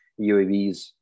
UAVs